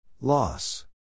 loss